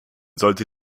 sollte